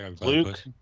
Luke